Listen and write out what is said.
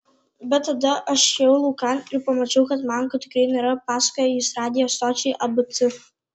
bet tada aš išėjau laukan ir pamačiau kad mango tikrai nėra pasakojo jis radijo stočiai abc